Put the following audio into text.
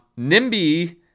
NIMBY